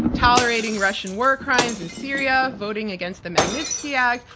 tolerating russian war crimes in syria, voting against the magnitsky act,